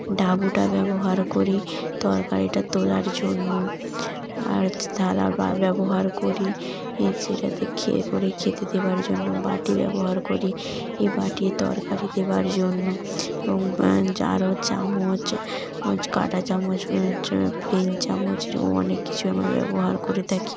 ডাবুটা ব্যবহার করি তরকারিটা তোলার জন্য আর হচ্ছে থালার ব্যবহার করি এ যেটাতে খেয়ে করে খেতে দেবার জন্য বাটি ব্যবহার করি এ বাটি তরকারি দেবার জন্য এবং যারও চামচ কাঁটা চামচ চা প্লেন চামচ এরকম অনেক কিছুই আমরা ব্যবহার করে থাকি